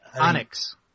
Onyx